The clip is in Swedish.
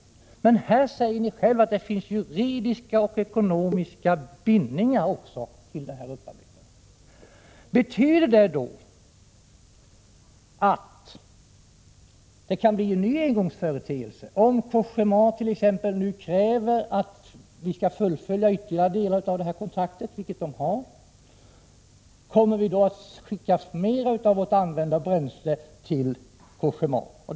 Men här säger ni ju själva att det finns juridiska och ekonomiska bindningar i fråga om upparbetningen. Betyder det då att det kan bli en ny ”engångsföreteelse” , om Cogémat.ex. kräver att vi skall fullfölja ytterligare delar av kontraktet — sådana finns ju? Kommer vi då att skicka mer använt bränsle till Cogéma?